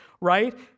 right